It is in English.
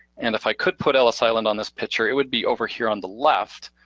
and if i could put ellis island on this picture, it would be over here on the left,